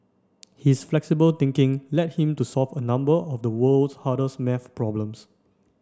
his flexible thinking led him to solve a number of the world's hardest maths problems